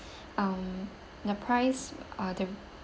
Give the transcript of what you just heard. um the price uh that